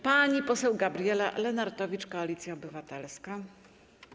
Pani poseł Gabriela Lenartowicz, Koalicja Obywatelska.